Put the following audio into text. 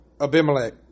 Abimelech